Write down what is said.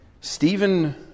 Stephen